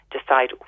decide